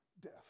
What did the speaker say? death